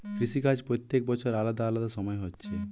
কৃষি কাজ প্রত্যেক বছর আলাদা আলাদা সময় হচ্ছে